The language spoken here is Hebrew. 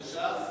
של ש"ס?